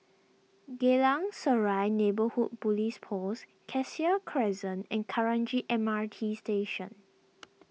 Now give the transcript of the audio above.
Geylang Serai Neighbourhood Police Post Cassia Crescent and Kranji M R T Station